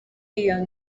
iyo